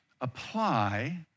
apply